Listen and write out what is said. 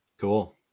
cool